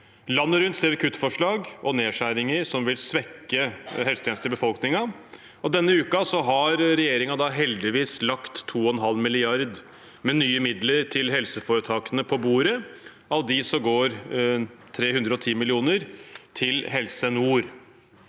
Landet rundt ser vi kuttforslag og nedskjæringer som vil svekke helsetjenester til befolkningen. Denne uken har regjeringen heldigvis lagt 2,5 mrd. kr med nye midler til helseforetakene på bordet. Av dem går 310 mill. kr til Helse Nord.